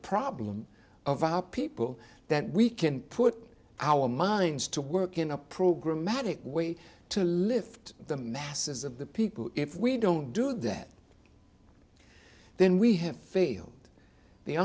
problem of our people then we can put our minds to work in a program magic way to lift the masses of the people if we don't do that then we have failed the